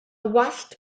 wallt